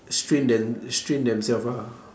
strain them strain themselves ah